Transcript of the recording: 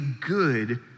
good